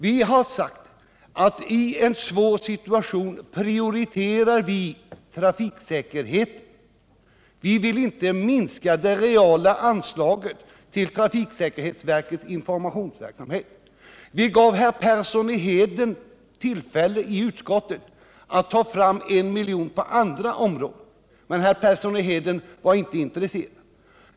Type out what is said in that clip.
Vi har sagt att i en svår situation prioriterar vi trafiksäkerheten. Vi vill inte minska det reala anslaget till trafiksäkerhetsverkets informationsverksamhet. Vi gav i utskottet Arne Persson tillfälle att ta fram en miljon från andra områden, men Arne Persson var inte intresserad.